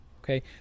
okay